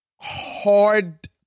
hard